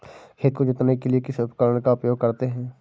खेत को जोतने के लिए किस उपकरण का उपयोग करते हैं?